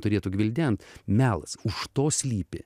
turėtų gvildent melas už to slypi